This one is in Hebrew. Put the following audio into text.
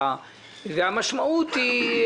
המשמעות היא,